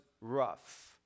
rough